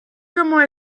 comment